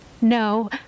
No